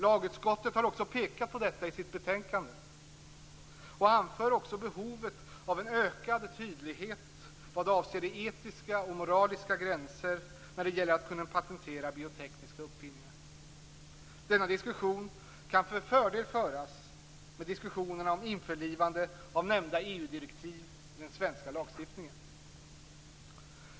Lagutskottet har också pekat på detta i sitt betänkande och anför också behovet av en ökad tydlighet vad avser de etiska och moraliska gränserna när det gäller att kunna patentera biotekniska uppfinningar. Denna diskussion kan med fördel föras i samband med diskussionerna om införlivande av nämnda EU-direktiv i den svenska lagstiftningen.